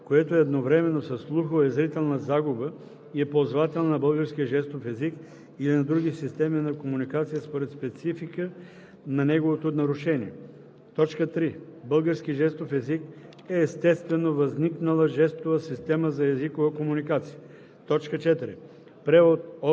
което е едновременно със слухова и зрителна загуба и е ползвател на българския жестов език или на други системи на комуникация според специфика на неговото нарушение. 3. „Български жестов език“ е естествено възникнала жестова система за езикова комуникация. 4. „Превод от